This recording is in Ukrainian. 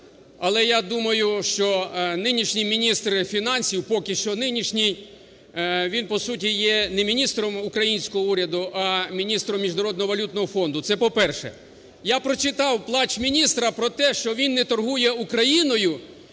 Але я думаю, що нинішній міністр фінансів, поки що нинішній, він, по суті, є не міністром українського уряду, а міністром Міжнародного валютного фонду. Це по-перше. Я прочитав "плач міністра" про те, що він не торгує Україною,